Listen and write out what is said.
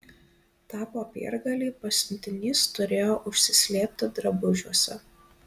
tą popiergalį pasiuntinys turėjo užsislėpti drabužiuose